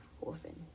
orphan